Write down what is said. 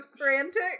frantic